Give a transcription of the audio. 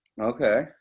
Okay